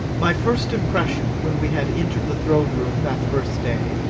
my first impression, when we had entered the throne room that first day,